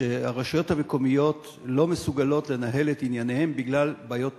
שהרשויות המקומיות לא מסוגלות לנהל את ענייניהן בגלל בעיות תקציביות,